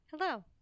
Hello